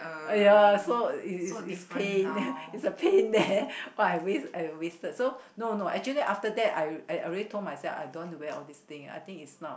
uh ya so is is is pain is a pain there oh I waste I wasted so no no actually after that I I already told myself I don't want to wear all these thing I think it's not